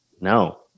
no